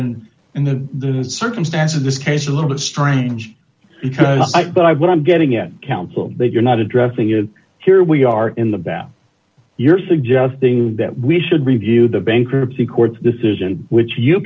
answer and in the circumstances this case a little bit strange because i thought i what i'm getting at counsel that you're not addressing it here we are in the back you're suggesting that we should review the bankruptcy court's decision which you